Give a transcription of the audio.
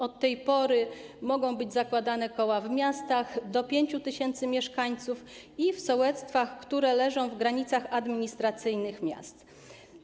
Od tej pory mogą być zakładane koła w miastach do 5 tys. mieszkańców i w sołectwach, które leżą w granicach administracyjnych miast.